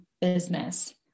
business